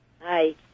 Hi